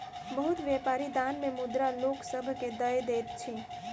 बहुत व्यापारी दान मे मुद्रा लोक सभ के दय दैत अछि